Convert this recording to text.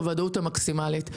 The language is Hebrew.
בוודאות המקסימלית.